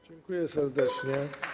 Dziękuję serdecznie.